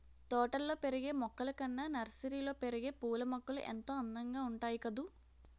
తోటల్లో పెరిగే మొక్కలు కన్నా నర్సరీలో పెరిగే పూలమొక్కలు ఎంతో అందంగా ఉంటాయి కదూ